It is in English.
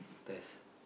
test